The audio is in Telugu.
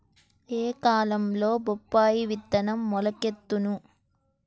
ఏ కాలంలో బొప్పాయి విత్తనం మొలకెత్తును?